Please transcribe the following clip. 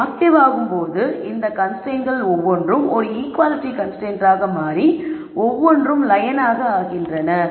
அவை ஆக்டிவாகும் போது இந்த கன்ஸ்ரைன்ட்ஸ்கள் ஒவ்வொன்றும் ஒரு ஈக்குவாலிட்டி கன்ஸ்ரைன்டாக மாறி ஒவ்வொன்றும் லயனாக ஆகின்றன